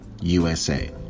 USA